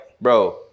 bro